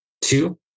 Two